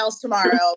tomorrow